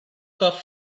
caught